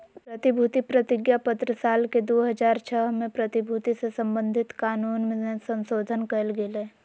प्रतिभूति प्रतिज्ञापत्र साल के दू हज़ार छह में प्रतिभूति से संबधित कानून मे संशोधन कयल गेलय